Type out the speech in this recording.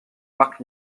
marc